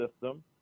system